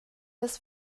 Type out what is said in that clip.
das